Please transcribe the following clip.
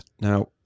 Now